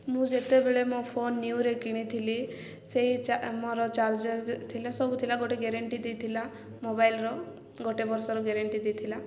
ମୁଁ ଯେତେବେଳେ ମୋ ଫୋନ୍ ନ୍ୟୁରେ କିଣିଥିଲି ସେଇ ଆମର ଚାର୍ଜର ଥିଲା ସବୁ ଥିଲା ଗୋଟେ ଗ୍ୟାରେଣ୍ଟି ଦେଇଥିଲା ମୋବାଇଲର ଗୋଟେ ବର୍ଷର ଗ୍ୟାରେଣ୍ଟି ଦେଇଥିଲା